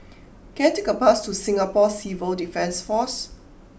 can I take a bus to Singapore Civil Defence Force